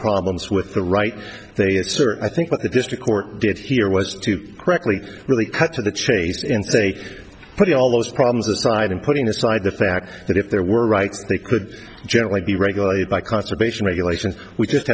problems with the right they assert i think what the district court did here was to correctly really cut to the chase and say putting all those problems aside and putting aside the fact that if there were rights they could generally be regulated by conservation regulations we just